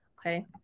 okay